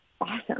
awesome